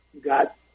got